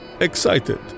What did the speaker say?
excited